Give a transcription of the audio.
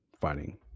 fighting